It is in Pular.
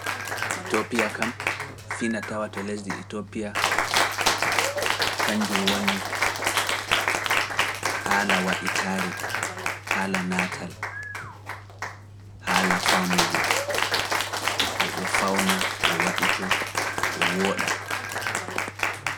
Etoopiya kam, fina-tawa to lesdi Etoopiya kannjum woni, haala waɗitaare, haala naatal, haala fawnugo, ɓe ɗo pawna, ɓe waɗitoo, ɓe wooɗa.